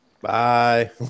Bye